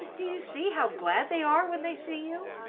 do you see how glad they are when they see you?